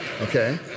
Okay